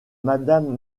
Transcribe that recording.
madame